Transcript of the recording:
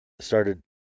started